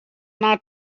not